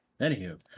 Anywho